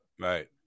right